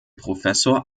professor